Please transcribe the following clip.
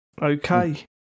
Okay